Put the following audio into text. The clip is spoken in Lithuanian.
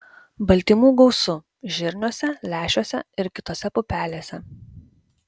baltymų gausu žirniuose lęšiuose ir kitose pupelėse